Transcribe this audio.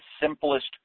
simplest